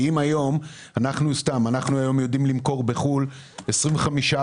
אם היום אנחנו יודעים למכור בחו"ל 25,000